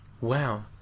wow